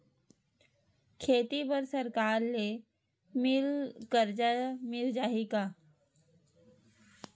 खेती बर सरकार ले मिल कर्जा मिल जाहि का?